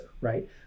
right